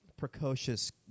precocious